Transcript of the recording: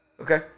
Okay